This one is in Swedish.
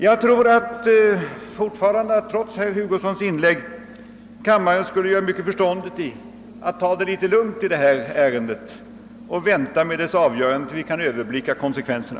Jag tror fortfarande, trots herr Hugossons inlägg, att kammaren skulle göra klokt i att ta det litet lugnt i det här ärendet och vänta med dess avgörande tills vi kan överblicka konsekvenserna.